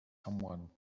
someone